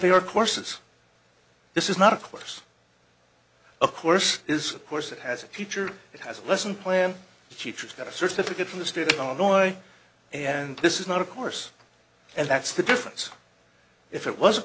there are courses this is not of course a course is a course that has a future it has a lesson plan the teachers get a certificate from the state of illinois and this is not of course and that's the difference if it was